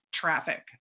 traffic